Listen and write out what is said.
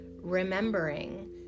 remembering